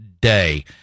day